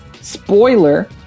spoiler